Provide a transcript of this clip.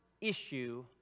issue